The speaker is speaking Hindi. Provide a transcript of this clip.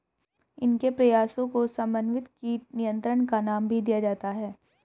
इनके प्रयासों को समन्वित कीट नियंत्रण का नाम भी दिया जाता है